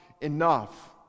enough